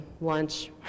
lunch